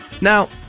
Now